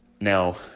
Now